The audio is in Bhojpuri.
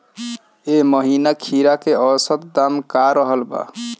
एह महीना खीरा के औसत दाम का रहल बा?